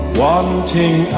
wanting